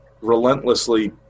relentlessly